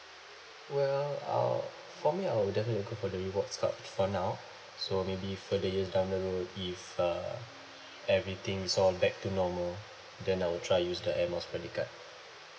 well uh for me I will definitely go for the rewards card for now so maybe further years down the road if uh everything is all back to normal then I will try use the air miles credit card